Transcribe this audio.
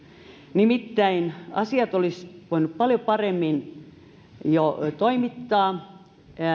nimittäin asiat olisi voinut paljon paremmin jo toimittaa